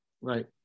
Right